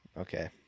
Okay